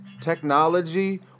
Technology